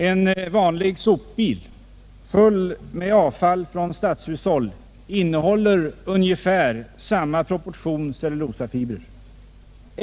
En vanlig sopbil, full med avfall från stadshushåll, innehåller ungefär samma proportion cellulosafibrer.